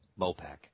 Mopac